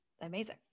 amazing